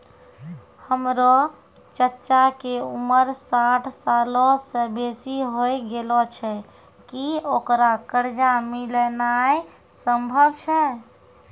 हमरो चच्चा के उमर साठ सालो से बेसी होय गेलो छै, कि ओकरा कर्जा मिलनाय सम्भव छै?